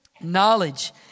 knowledge